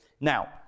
Now